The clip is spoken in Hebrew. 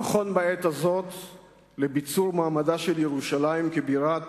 נכון בעת הזאת ביצור מעמדה של ירושלים כבירת